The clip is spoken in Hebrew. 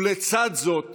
ולצד זאת